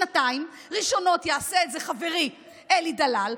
שנתיים ראשונות יעשה את זה חברי אלי דלל,